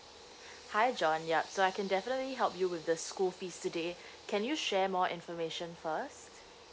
hi john yup so I can definitely help you with the school fees today can you share more information first